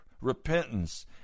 repentance